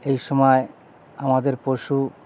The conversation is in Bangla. এই সময় আমাদের পশু